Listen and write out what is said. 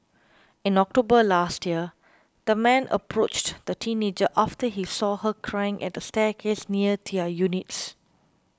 in October last year the man approached the teenager after he saw her crying at a staircase near their units